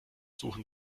suchen